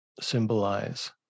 symbolize